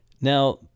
Now